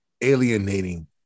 alienating